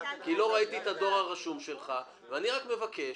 כי לא ראיתי את הדואר הרשום שלך ואני רק מבקש